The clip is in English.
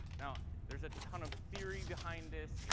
now there's a ton of theory behind this.